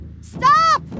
Stop